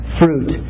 fruit